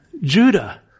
Judah